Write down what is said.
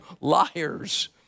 liars